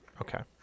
Okay